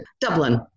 Dublin